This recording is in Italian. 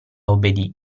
obbedì